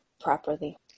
properly